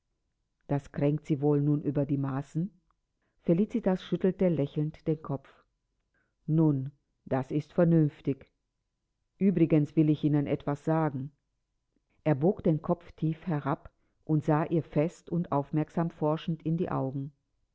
das kränkt sie wohl nun über die maßen felicitas schüttelte lächelnd den kopf nun das ist vernünftig uebrigens will ich ihnen etwas sagen er bog den kopf tief herab und sah ihr fest und aufmerksam forschend in die augen